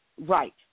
Right